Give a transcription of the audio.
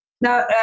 Now